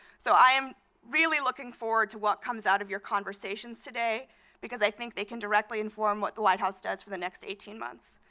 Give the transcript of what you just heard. so i am really looking forward to what comes out of your conversations today because i think they can directly inform what the white house does for the next eighteen months.